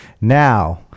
Now